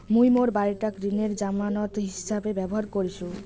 মুই মোর বাড়িটাক ঋণের জামানত হিছাবে ব্যবহার করিসু